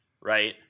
right